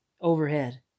Overhead